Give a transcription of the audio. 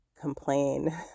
complain